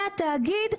מהתאגיד,